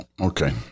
Okay